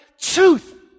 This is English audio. Truth